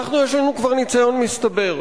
יש לנו כבר ניסיון מצטבר.